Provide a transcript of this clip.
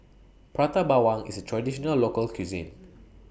Prata Bawang IS A Traditional Local Cuisine